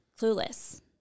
clueless